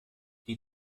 die